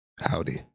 Howdy